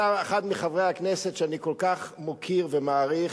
אתה אחד מחברי הכנסת שאני כל כך מוקיר ומעריך,